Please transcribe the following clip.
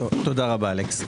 תודה רבה, אלכס.